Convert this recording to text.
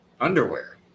Underwear